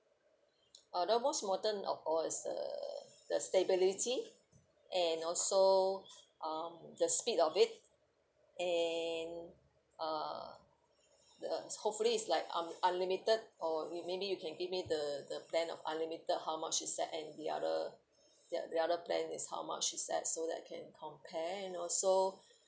uh the most important of all is the the stability and also um the speed of it and uh the hopefully it's like un~ unlimited or maybe you can give me the the plan of unlimited how much is that and the other the other plan is how much is that so that I can compare and also